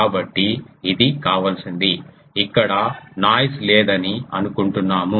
కాబట్టి ఇది కావలసినది ఇక్కడ నాయిస్ లేదని అనుకుంటున్నాము